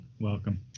Welcome